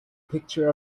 picture